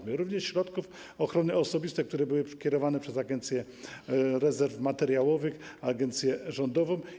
Chodzi również środki ochrony osobistej, które były kierowane przez Agencję Rezerw Materiałowych, agencję rządową.